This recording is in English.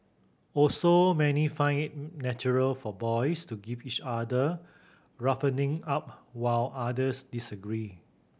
also many find it natural for boys to give each other roughening up while others disagree